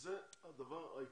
שזה הדבר העיקרי.